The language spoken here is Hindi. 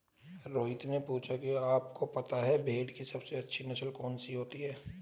रोहित ने पूछा कि आप को पता है भेड़ की सबसे अच्छी नस्ल कौन सी होती है?